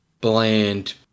bland